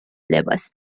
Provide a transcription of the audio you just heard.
لباس